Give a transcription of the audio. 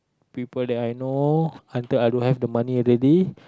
people that I know until I don't have the money already